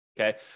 Okay